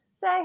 say